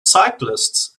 cyclists